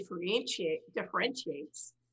differentiates